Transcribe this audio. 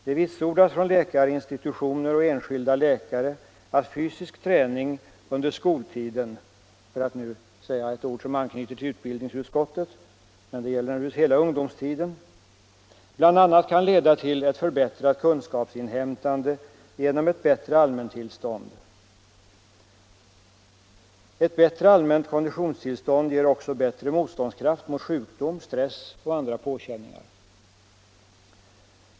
Det vitsordas från läkarinstitutioner och av enskilda läkare att fysisk träning under skoltiden — för att nu anknyta till utbildningsutskottets verksamhetsområde — bl.a. kan leda till ett förbättrat kunskapsinhämtande genom ett bättre allmäntillstånd. Ett bättre allmänt konditionstillstånd ger också större motståndskraft mot sjukdom, stress och andra påkänningar.